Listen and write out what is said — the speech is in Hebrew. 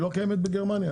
היא לא קיימת בגרמניה?